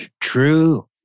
True